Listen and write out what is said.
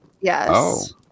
Yes